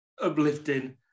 uplifting